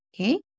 Okay